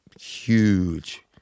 huge